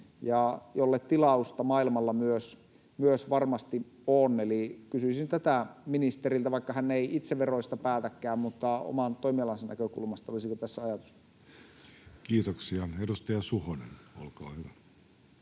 tilausta maailmalla. Eli kysyisin tätä ministeriltä, vaikka hän ei itse veroista päätäkään, mutta oman toimialansa näkökulmasta, että olisiko tässä ajatusta. Kiitoksia. — Edustaja Suhonen, olkaa hyvä.